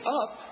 up